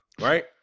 right